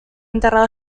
enterrado